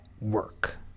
work